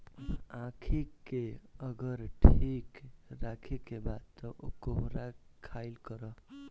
आंखी के अगर ठीक राखे के बा तअ कोहड़ा खाइल करअ